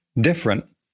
different